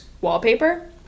wallpaper